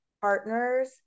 partners